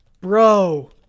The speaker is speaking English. Bro